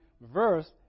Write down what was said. verse